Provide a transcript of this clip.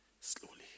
slowly